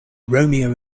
romeo